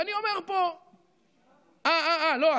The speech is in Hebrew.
ואני אומר פה, אה, לא.